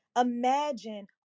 Imagine